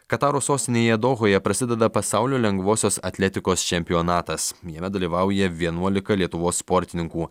kataro sostinėje dohoje prasideda pasaulio lengvosios atletikos čempionatas jame dalyvauja vienuolika lietuvos sportininkų